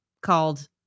called